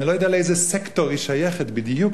אני לא יודע לאיזה סקטור היא שייכת בדיוק,